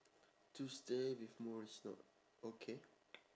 tuesday with morrie no okay